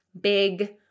big